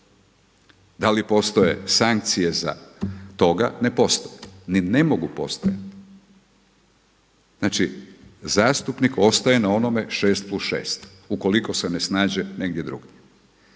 Da li postoje sankcije za toga? Ne postoje, ni ne mogu postojati. Znači zastupnik ostaje na onome šest plus šest, ukoliko se ne snađe negdje drugdje.